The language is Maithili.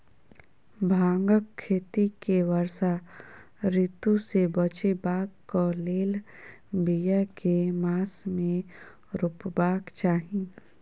भांगक खेती केँ वर्षा ऋतु सऽ बचेबाक कऽ लेल, बिया केँ मास मे रोपबाक चाहि?